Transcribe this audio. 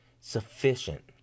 sufficient